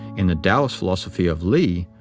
in the taoist philosophy of li,